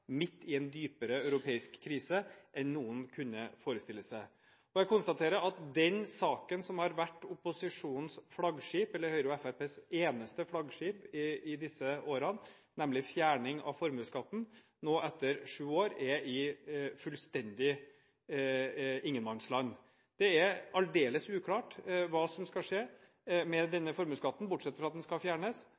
midt i en dypere europeisk krise enn noen kunne forestille seg. Jeg konstaterer at den saken som har vært opposisjonens flaggskip, eller Høyres og Fremskrittspartiets eneste flaggskip, i disse årene, nemlig fjerning av formuesskatten, nå etter sju år er fullstendig i ingenmannsland. Det er aldeles uklart hva som skal skje med denne formuesskatten, bortsett fra at den skal fjernes.